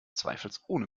zweifelsohne